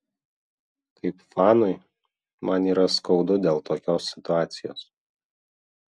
kaip fanui man yra skaudu dėl tokios situacijos